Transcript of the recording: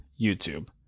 YouTube